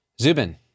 Zubin